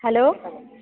hello